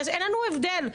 אין בינינו הבדל,